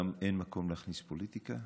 גם אין מקום להכניס פוליטיקה,